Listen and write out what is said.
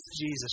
Jesus